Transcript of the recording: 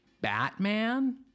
batman